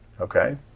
okay